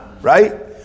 right